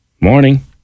Morning